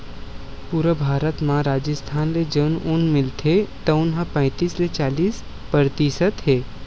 पूरा भारत म राजिस्थान ले जउन ऊन मिलथे तउन ह पैतीस ले चालीस परतिसत हे